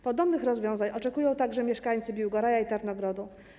Podobnych rozwiązań oczekują także mieszkańcy Biłgoraja i Tarnogrodu.